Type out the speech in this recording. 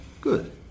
Good